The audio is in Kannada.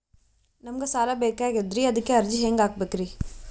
ನಮಗ ಸಾಲ ಬೇಕಾಗ್ಯದ್ರಿ ಅದಕ್ಕ ಅರ್ಜಿ ಹೆಂಗ ಹಾಕಬೇಕ್ರಿ?